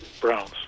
Browns